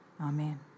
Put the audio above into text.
Amen